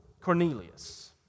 Cornelius